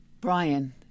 Brian